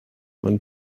man